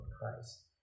Christ